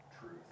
truth